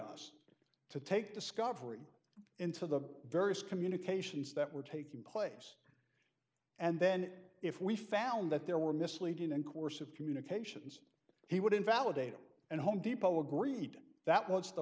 us to take discovery into the various communications that were taking place and then if we found that there were misleading and course of communications he would invalidate and home depot agreed that